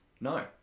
No